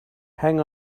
hang